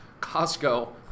Costco